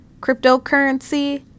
cryptocurrency